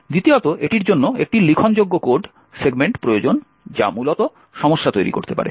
দ্বিতীয়ত এটির জন্য একটি লিখনযোগ্য কোড সেগমেন্ট প্রয়োজন যা মূলত সমস্যা তৈরি করতে পারে